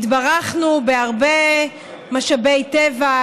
התברכנו בהרבה משאבי טבע,